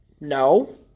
no